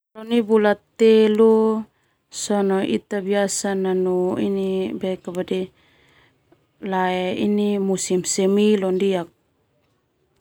Nai bula telu sona ita tanu musim semi.